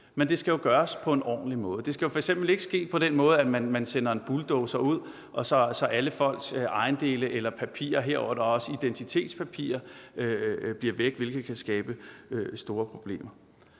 Men det skal jo gøres på en ordentlig måde. Det skal f.eks. ikke ske på den måde, at man sender en bulldozer ud og tager alle de folks ejendele eller papirer, herunder også identitetspapirer, væk fra dem, hvilket kan skabe store problemer.